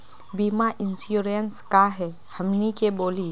बीमा इंश्योरेंस का है हमनी के बोली?